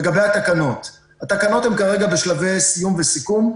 לגבי התקנות הן כרגע בשלבי סיכום וסיום.